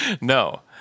No